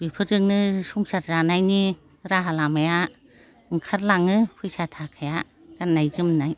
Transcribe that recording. बेफोरजोंनो संसार जानायनि राहा लामाया ओंखारलाङो फैसा थाखाया गाननाय जोमनाय